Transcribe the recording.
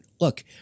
look